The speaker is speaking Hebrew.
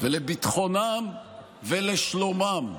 לביטחונם ולשלומם.